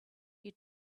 you